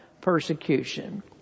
persecution